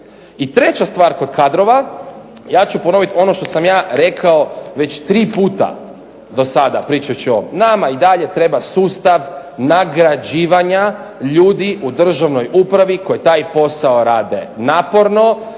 I treća stvar kod kadrova, ja ću ponovit ono što sam rekao već tri puta do sada pričajući o ovom. Nama i dalje treba sustav nagrađivanja ljudi u državnoj upravi koji taj posao rade naporno,